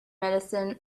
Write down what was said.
medicine